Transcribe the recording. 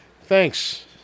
thanks